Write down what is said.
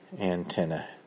antenna